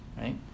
right